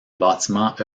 bâtiment